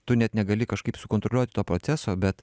tu net negali kažkaip sukontroliuoti to proceso bet